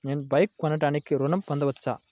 నేను బైక్ కొనటానికి ఋణం పొందవచ్చా?